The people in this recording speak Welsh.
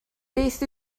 beth